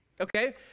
Okay